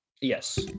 Yes